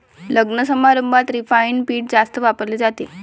लग्नसमारंभात रिफाइंड पीठ जास्त वापरले जाते